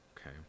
Okay